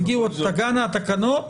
תגענה התקנות